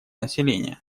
население